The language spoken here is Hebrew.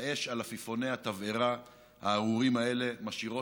האש על עפיפוני התבערה הארורים האלה משאירה